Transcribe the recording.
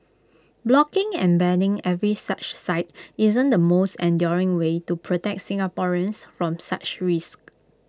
blocking and banning every such site isn't the most enduring way to protect Singaporeans from such risks